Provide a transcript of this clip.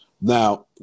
Now